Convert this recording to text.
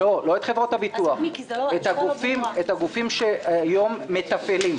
לא את חברות הביטוח אלא את הגופים שהיום מתפעלים.